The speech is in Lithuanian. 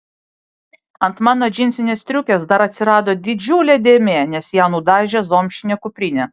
ant mano džinsinės striukės dar atsirado didžiulė dėmė nes ją nudažė zomšinė kuprinė